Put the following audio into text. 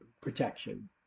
protection